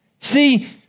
See